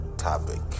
topic